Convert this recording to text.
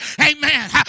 amen